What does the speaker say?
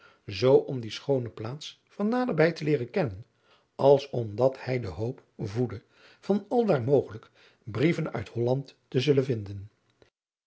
zoo om die schoone plaats van nader bij te leeren kennen als omdat hij de hoop voedde van aldaar mogelijk brieven uit holland te zullen vinden